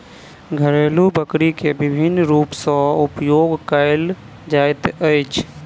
घरेलु बकरी के विभिन्न रूप सॅ उपयोग कयल जाइत अछि